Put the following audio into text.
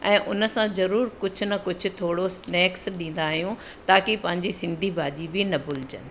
ऐं उनसां ज़रूरु कुझु न कुझु थोरो स्नैक्स ॾींदा आहियूं बाक़ी पंहिंजी सिंधी भाॼी बि न भुलिजनि